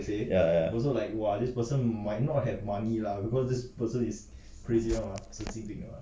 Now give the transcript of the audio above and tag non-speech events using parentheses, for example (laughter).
ya ya (laughs)